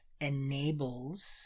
enables